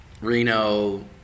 Reno